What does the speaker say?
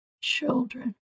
children